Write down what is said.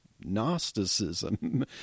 gnosticism